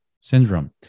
syndrome